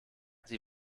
sie